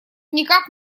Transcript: никак